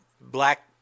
black